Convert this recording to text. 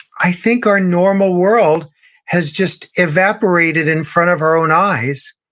i think our normal world has just evaporated in front of our own eyes.